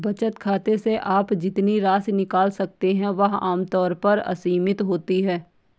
बचत खाते से आप जितनी राशि निकाल सकते हैं वह आम तौर पर असीमित होती है